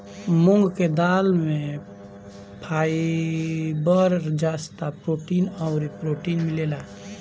मूंग के दाल में फाइबर, जस्ता, प्रोटीन अउरी प्रोटीन मिलेला